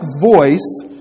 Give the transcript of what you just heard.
voice